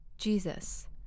Jesus